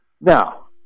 Now